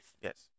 Yes